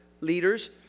leaders